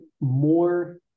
more